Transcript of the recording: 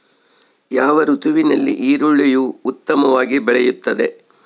ಯಾವ ಋತುವಿನಲ್ಲಿ ಈರುಳ್ಳಿಯು ಉತ್ತಮವಾಗಿ ಬೆಳೆಯುತ್ತದೆ?